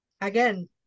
Again